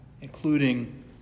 including